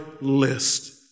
list